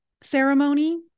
ceremony